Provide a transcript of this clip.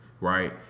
Right